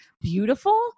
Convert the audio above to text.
beautiful